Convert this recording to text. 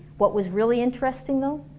what was really interesting though,